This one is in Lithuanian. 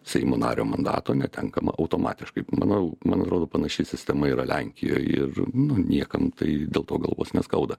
seimo nario mandato netenkama automatiškai manau man atrodo panaši sistema yra lenkijoj ir niekam tai dėl to galvos neskauda